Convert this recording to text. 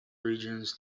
regions